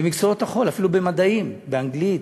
במקצועות החול, אפילו במדעים, באנגלית,